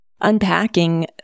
unpacking